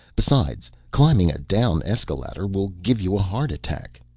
besides, climbing a down escaladder will give you a heart attack.